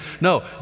No